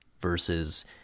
versus